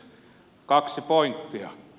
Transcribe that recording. kaksi pointtia